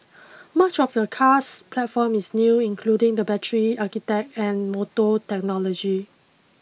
much of the car's platform is new including the battery architect and motor technology